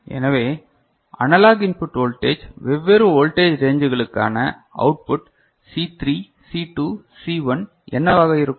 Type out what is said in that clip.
எனவே analog input voltage வெவ்வேறு voltage ரேஞ்சுக்லுக்கான அவுட்புட் சி 3 சி 2 சி 1 என்னவாக இருக்கும்